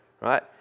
right